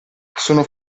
sono